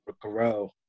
grow